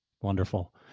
wonderful